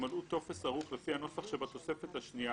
ימלאו טופס ערוך לפי הנוסח שבתוספת השנייה